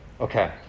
Okay